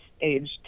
aged